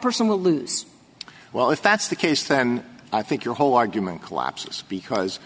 person will lose well if that's the case then i think your whole argument collapses because